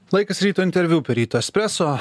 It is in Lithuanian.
laikas ryto interviu per ryto espreso